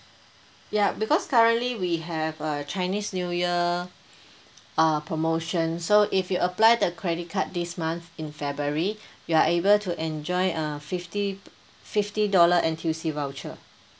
ya because currently we have uh chinese new year uh promotion so if you apply the credit card this month in february you are able to enjoy uh fifty fifty dollar N_T_U_C voucher